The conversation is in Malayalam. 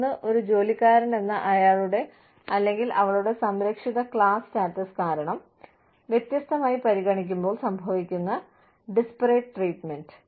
ഒന്ന് ഒരു ജോലിക്കാരനെ അയാളുടെ അല്ലെങ്കിൽ അവളുടെ സംരക്ഷിത ക്ലാസ് സ്റ്റാറ്റസ് കാരണം വ്യത്യസ്തമായി പരിഗണിക്കുമ്പോൾ സംഭവിക്കുന്ന ഡിസ്പെറിറ്റ് ട്രീറ്റ്മൻറ്റ്